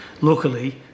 Luckily